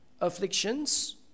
afflictions